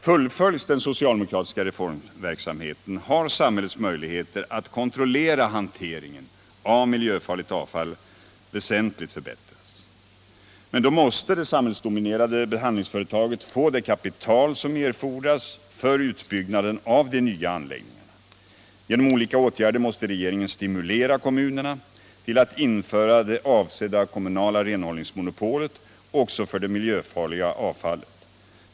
Fullföljs den socialdemokratiska reformverksamheten har samhällets möjligheter att kontrollera hanteringen av miljöfarligt avfall väsentligt förbättrats. Men då måste det samhällsdominerade behandlingsföretaget få det kapital som erfordras för utbyggnaden av de nya anläggningarna. Genom olika åtgärder måste regeringen stimulera kommunerna till att införa det avsedda kommunala renhållningsmonopolet också för det miljöfarliga avfallet.